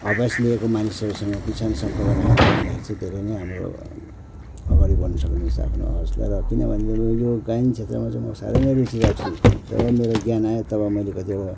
अभ्यास लिएको मानिसहरूसँग पनि निश्चय नै सम्पर्क राखेर गर्नु थालेपछि धेरै नै हाम्रो अगाडि बढ्नु सक्ने रहेछ आफ्नो आवाजलाई र किन भने अब यो गायन क्षेत्रमा रुचि राख्छु जब मेरो ज्ञान आयो तब मैले कतिवटा